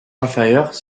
inférieure